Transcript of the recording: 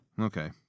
Okay